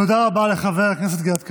תודה רבה לחבר הכנסת גלעד קריב.